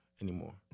Anymore